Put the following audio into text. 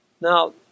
Now